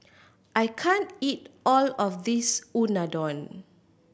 I can't eat all of this Unadon